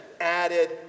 added